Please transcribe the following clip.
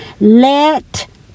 Let